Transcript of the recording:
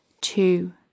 Two